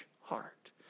heart